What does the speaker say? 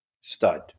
stud